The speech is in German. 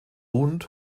und